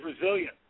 resilient